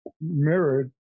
mirrored